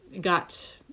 got